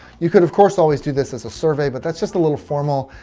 you could, of course, always do this as a survey, but that's just a little formal.